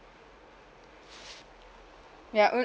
ya uh